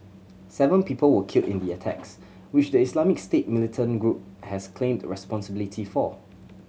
seven people were killed in the attacks which the Islamic State militant group has claimed responsibility for